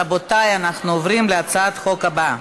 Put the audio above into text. רבותי, אנחנו עוברים להצעת חוק הבאה: